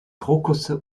krokusse